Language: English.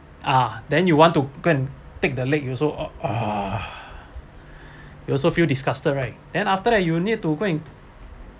ah then you want to go and take the leg you also ugh you also feel disgusted right then after that you need to go and